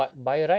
mm